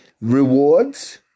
rewards